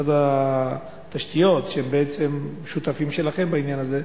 משרד התשתיות, שהם בעצם שותפים שלכם בעניין הזה,